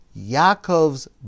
Yaakov's